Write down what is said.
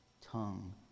tongue